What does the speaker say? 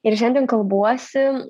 ir šiandien kalbuosi